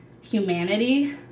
humanity